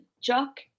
jock